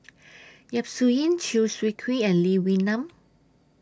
Yap Su Yin Chew Swee Kee and Lee Wee Nam